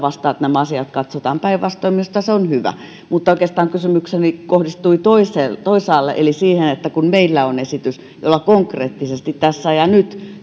vastaan että nämä asiat katsotaan päinvastoin minusta se on hyvä mutta oikeastaan kysymykseni kohdistui toisaalle eli siihen että meillä on esitys jolla konkreettisesti tässä ja nyt